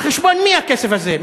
על חשבון מי הכסף הזה?